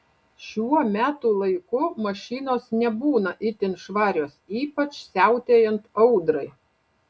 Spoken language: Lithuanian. šiuo metų laiku mašinos nebūna itin švarios ypač siautėjant audrai